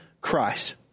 Christ